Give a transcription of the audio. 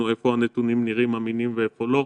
איפה הנתונים נראים אמינים ואיפה לא.